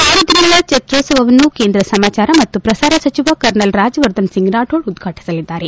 ಆರು ದಿನಗಳ ಚಿತ್ರೋತ್ಸವವನ್ನು ಕೇಂದ್ರ ಸಮಾಚಾರ ಮತ್ತು ಪ್ರಸಾರ ಸಚಿವ ಕರ್ನಲ್ ರಾಜ್ಯವರ್ಧನ್ಸಿಂಗ್ ರಾಥೋರ್ ಉದ್ಘಾಟಿಸಲಿದ್ದಾರೆ